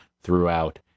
throughout